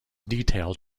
detailed